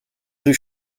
rue